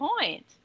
point